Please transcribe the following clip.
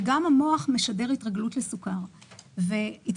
גם המוח משדר התרגלות לסוכר ולמתוק.